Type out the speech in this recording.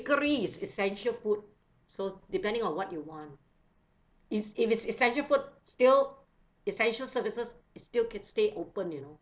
bakery is essential food so depending on what you want is if it's essential food still essential services is still can stay open you know